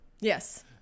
Yes